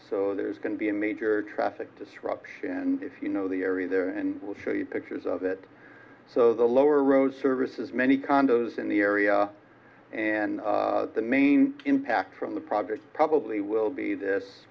so there's going to be a major traffic disruption and if you know the area there and we'll show you pictures of it so the lower road service is many condos in the area and the main impact from the project probably will be this